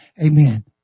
Amen